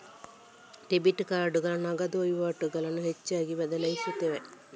debit ಕಾರ್ಡುಗಳು ನಗದು ವಹಿವಾಟುಗಳನ್ನು ಹೆಚ್ಚಾಗಿ ಬದಲಾಯಿಸಿವೆ